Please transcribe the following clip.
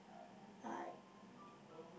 I